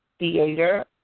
theater